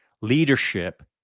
Leadership